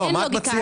1 מיליארד שקלים.